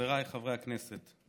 חבריי חברי הכנסת,